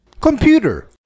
Computer